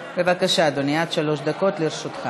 בבקשה, אדוני, עד שלוש דקות לרשותך.